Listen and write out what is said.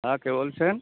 হ্যাঁ কে বলছেন